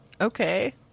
Okay